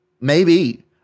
maybe-